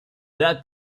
that